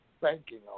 banking